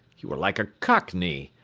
you are like a cockney,